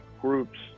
groups